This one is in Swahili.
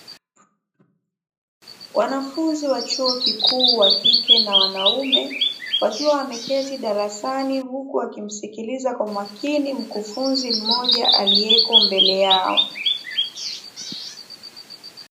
Wanafunzi wa chuo kikuu wa kike na wanaume, wakiwa wameketi darasani, huku wakimsikiliza kwa makini mkufunzi mmoja aliyeko mbele yao.